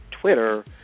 Twitter